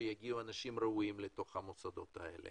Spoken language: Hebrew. שיגיעו אנשים ראויים לתוך המוסדות האלה